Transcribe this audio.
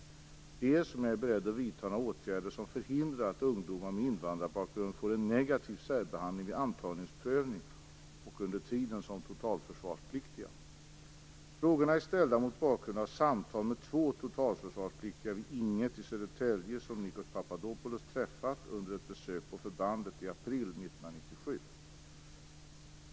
Han har också frågat mig om jag är beredd att vidta några åtgärder som förhindrar att ungdomar med invandrarbakgrund får en negativ särbehandling vid antagningsprövning och under sin tid som totalförsvarspliktiga. Frågorna är ställda mot bakgrund av samtal med två totalförsvarspliktiga vid Ing 1 i Södertälje som Nikos Papadopoulos träffat under ett besök på förbandet i april 1997.